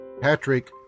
Patrick